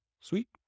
Sweet